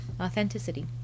Authenticity